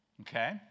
Okay